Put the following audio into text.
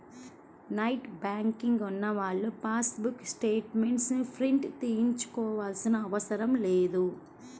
net banking ఉన్నవాళ్ళు passbook statements ని print తీయించుకోనవసరం లేదు